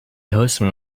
horseman